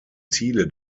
ziele